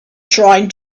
trying